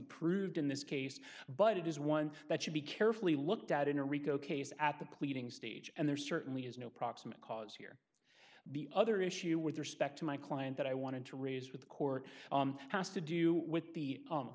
proved in this case but it is one that should be carefully looked at in a rico case at the pleading stage and there certainly is no proximate cause here the other issue with respect to my client that i wanted to raise with the court has to do with the